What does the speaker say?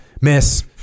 miss